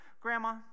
Grandma